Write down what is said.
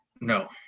No